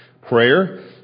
prayer